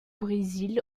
brésil